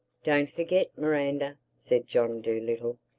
don't forget, miranda, said john dolittle,